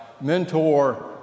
mentor